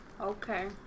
Okay